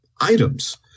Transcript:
items